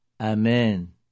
Amen